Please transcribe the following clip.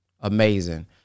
amazing